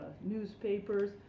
newspapers